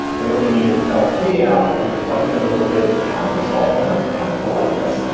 and what you mean is help me out. but you're deflecting it a little bit. it's a kind of a softener. it's a kind of politeness,